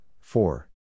four